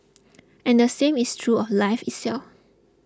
and the same is true of life itself